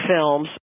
films